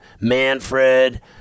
Manfred